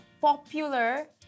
popular